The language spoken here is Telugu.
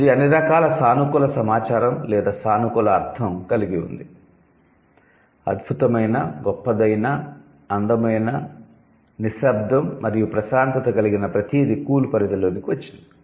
ఇది అన్ని రకాల సానుకూల సమాచారం లేదా సానుకూల అర్ధo కలిగి ఉంది అద్భుతమైన గొప్పదైన అందమైన నిశ్శబ్దo మరియు ప్రశాంతత కలిగిన ప్రతీదీ 'కూల్' పరిధిలోకి వచ్చింది